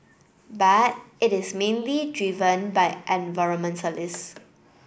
but it is mainly driven by environmentalists